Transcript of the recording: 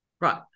Right